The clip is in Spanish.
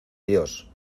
dios